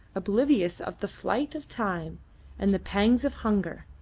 oblivious of the flight of time and the pangs of hunger,